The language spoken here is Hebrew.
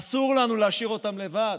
אסור לנו להשאיר אותם לבד,